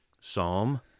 Psalm